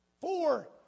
Four